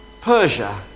Persia